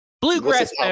Bluegrass